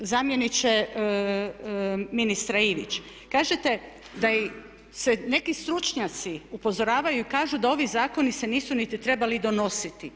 Zamjeniče ministra Ivić, kažete da i neki stručnjaci upozoravaju i kažu da ovi zakoni se nisu niti trebali donositi.